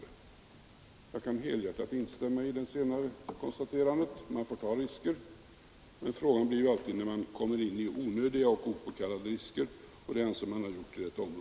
Jag kan helhjärtat Tisdagen den instämma i det konstaterandet. Man får ta risker. Frågan är när man 28 november 1972 kommer in på onödiga och opåkallade risker, och det anser jag att man ———— har gjort på detta område. Ang.